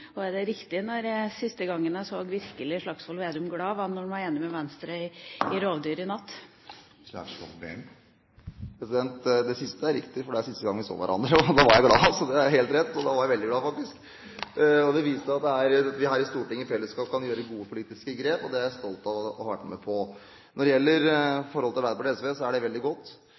Og er det riktig at siste gang jeg så Slagsvold Vedum virkelig glad, var da han var blitt enig med Venstre om rovdyr i natt? Det siste er riktig, for det var siste gangen vi så hverandre. Da var jeg glad. Så det er helt rett. Da var jeg veldig glad, faktisk! Det viste at vi her i Stortinget i fellesskap kan ta gode politiske grep, og det er jeg stolt av å ha vært med på. Når det gjelder forholdet til Arbeiderpartiet og SV, er det veldig godt.